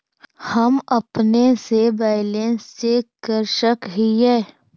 हम अपने से बैलेंस चेक कर सक हिए?